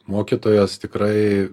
mokytojas tikrai